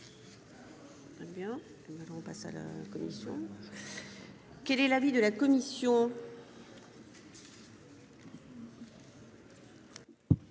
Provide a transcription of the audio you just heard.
Quel est l'avis de la commission